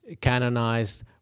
canonized